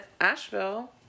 Asheville